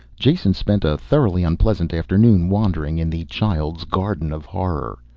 jason spent a thoroughly unpleasant afternoon wandering in the child's garden of horror.